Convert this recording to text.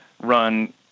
run